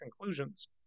conclusions